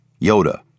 Yoda